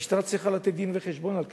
המשטרה צריכה לתת דין-וחשבון על כך.